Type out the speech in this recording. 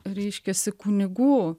reiškiasi kunigų